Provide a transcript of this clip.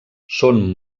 són